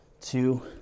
two